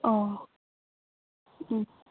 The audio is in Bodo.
अ